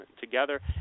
together